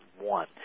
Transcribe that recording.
one